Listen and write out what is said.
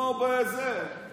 כמו ב"מתחת לאף".